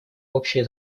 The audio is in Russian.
общая